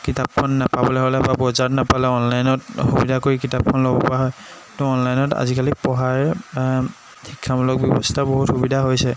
কিতাপখন নেপাবলৈ হ'লে বা বজাৰত নাপালে অনলাইনত সুবিধা কৰি কিতাপখন ল'ব পৰা হয় ত' অনলাইনত আজিকালি পঢ়াৰ শিক্ষামূলক ব্যৱস্থা বহুত সুবিধা হৈছে